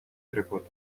trecut